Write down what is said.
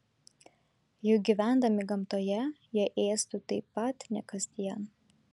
juk gyvendami gamtoje jie ėstų taip pat ne kasdien